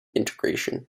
integration